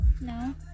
No